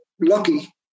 lucky